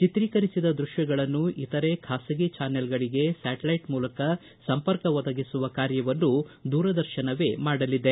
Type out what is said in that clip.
ಚಿತ್ರೀಕರಿಸಿದ ದೃಷ್ಠಗಳನ್ನು ಇತರೆ ಬಾಸಗಿ ಚಾನಲ್ಗಳಿಗೆ ಸ್ಥಾಟಲೈಟ್ ಮೂಲಕ ಸಂಪರ್ಕವನ್ನು ಒದಗಿಸುವ ಕಾರ್ಯವನ್ನೂ ದೂರದರ್ಶನವೇ ಮಾಡಲಿದೆ